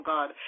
God